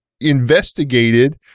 investigated